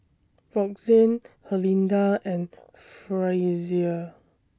Roxane Herlinda and Frazier